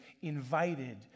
invited